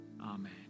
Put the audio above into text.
Amen